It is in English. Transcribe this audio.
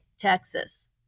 Texas